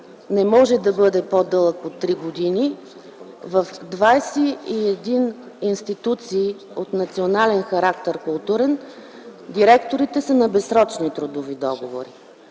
не може да бъде по-дълъг от три години, в 21 институции от национален културен характер директорите са на безсрочни трудови договори.